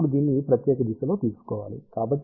ఇప్పుడు దీనిని ఈ ప్రత్యేక దిశలో తీసుకోవాలి